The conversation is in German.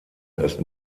ist